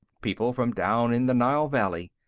people from down in the nile valley.